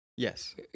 Yes